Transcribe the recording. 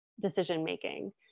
decision-making